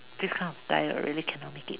this kind of guy really cannot make it